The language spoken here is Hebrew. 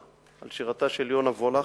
על שירתה של יונה וולך.